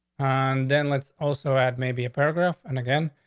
then let's also add maybe a program. and again,